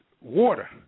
water